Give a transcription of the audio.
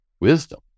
wisdom